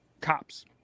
Cops